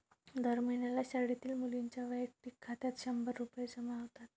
दर महिन्याला शाळेतील मुलींच्या वैयक्तिक खात्यात शंभर रुपये जमा होतात